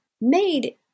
made